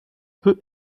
peu